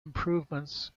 improvements